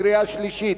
קריאה שלישית,